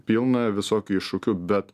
pilna visokių iššūkių bet